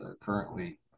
currently